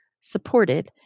supported